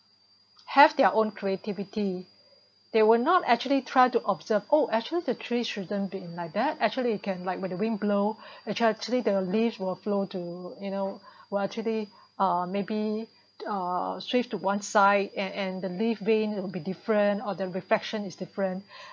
have their own creativity they would not actually try to observe oh actually the tree shouldn't be like that actually it can like when the wind blow actual~ actually the leaves will flow to you know will actually ah maybe uh swift to one side and and the leaf vain it'll be different or the reflection is different